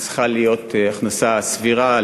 צריכה להיות הכנסה סבירה,